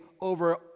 over